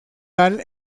tal